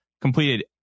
Completed